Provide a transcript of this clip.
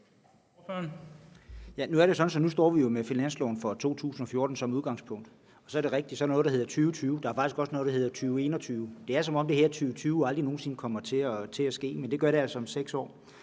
jo står med finansloven for 2014 som udgangspunkt. Så er det rigtigt, at der er noget, der hedder 2020. Der er faktisk også noget, der hedder 2021. Det er, som om det her 2020 aldrig nogen sinde kommer til at ske, men det gør det altså om 6 år.